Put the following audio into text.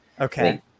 okay